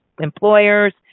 employers